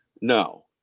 No